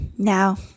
Now